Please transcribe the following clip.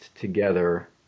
together